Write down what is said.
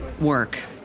work